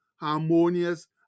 harmonious